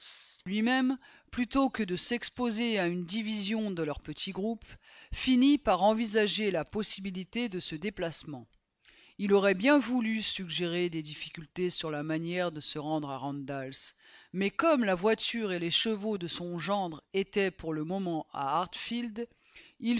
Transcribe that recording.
lui-même plutôt que de s'exposer à une division de leur petit groupe finit par envisager la possibilité de